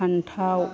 फानथाव